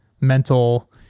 mental